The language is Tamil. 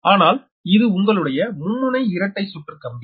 ஆனால் இது உங்களுடைய மும்முனை இரட்டை சுற்று கம்பி